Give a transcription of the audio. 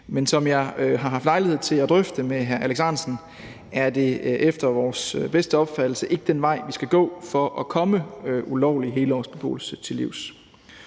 Men som jeg har haft lejlighed til at drøfte med hr. Alex Ahrendtsen, er det efter vores bedste opfattelse ikke den vej, vi skal gå for at komme ulovlig helårsbeboelse til livs.